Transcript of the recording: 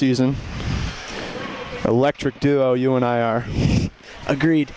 season electric to you and i are agreed